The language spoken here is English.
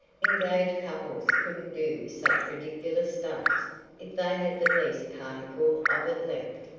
engaged couples couldn't do such ridiculous stunts if they had the least particle of it left.